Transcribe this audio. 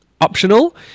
optional